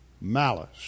malice